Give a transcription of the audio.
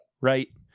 Right